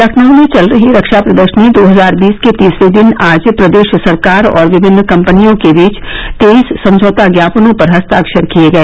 लखनऊ में चल रही रक्षा प्रदर्शनी दो हजार बीस के तीसरे दिन आज प्रदेश सरकार और विभिन्न कम्पनियों के बीच तेईस समझौता ज्ञापनों पर हस्ताक्षर किए गए